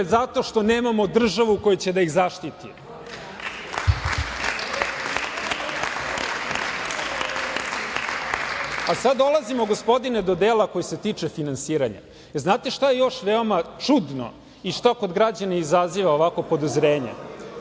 zato što nemamo državu koja će da ih zaštiti. Sad dolazimo, gospodine, do dela koji se tiče finansiranja. Jel znate šta je još veoma čudno i šta kod građana izaziva ovako podozrenje?